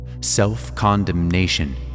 Self-condemnation